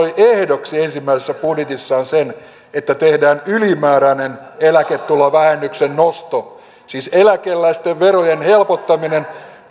ehdoksi ensimmäisessä budjetissaan sen että tehdään ylimääräinen eläketulovähennyksen nosto siis eläkeläisten verojen helpottaminen